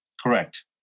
Correct